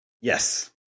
Yes